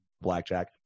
blackjack